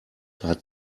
hat